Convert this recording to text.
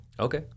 Okay